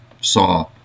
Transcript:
saw